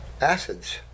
Acids